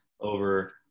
over